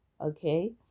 Okay